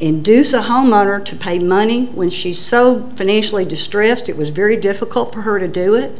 induce a homeowner to pay money when she's so financially distressed it was very difficult for her to do it